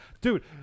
dude